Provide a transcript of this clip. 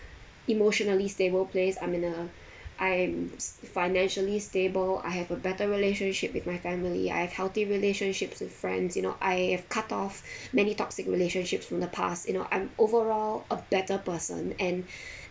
emotionally stable place I'm in a I'm financially stable I have a better relationship with my family I have healthy relationships with friends you know I have cut off many toxic relationships from the past you know I'm overall a better person and